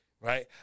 Right